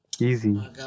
Easy